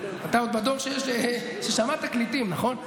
אתה עוד בדור ששמע תקליטים, נכון?